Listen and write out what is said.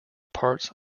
parts